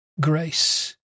grace